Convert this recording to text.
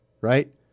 right